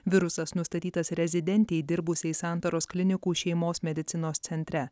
virusas nustatytas rezidentei dirbusiai santaros klinikų šeimos medicinos centre